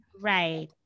right